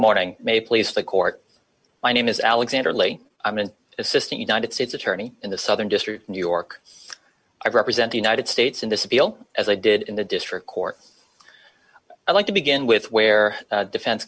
morning may place the court my name is alexander lee i'm an assistant united states attorney in the southern district of new york i represent the united states in the spiel as i did in the district court i'd like to begin with where defen